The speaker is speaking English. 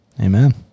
Amen